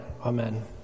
Amen